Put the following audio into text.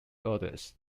orders